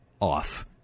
off